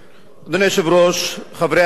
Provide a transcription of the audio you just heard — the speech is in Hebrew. אדוני היושב-ראש, חברי הכנסת,